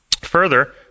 Further